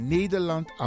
Nederland